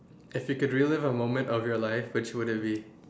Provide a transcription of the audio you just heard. if you could relive a moment of your life which would it be